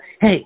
hey